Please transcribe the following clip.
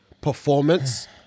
performance